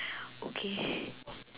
okay